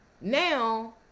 now